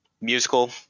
Musical